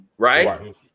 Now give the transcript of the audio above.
Right